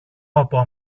από